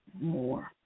more